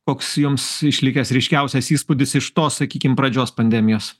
koks jums išlikęs ryškiausias įspūdis iš to sakykim pradžios pandemijos